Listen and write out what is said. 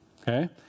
Okay